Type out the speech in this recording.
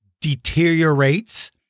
deteriorates